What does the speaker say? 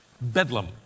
Bedlam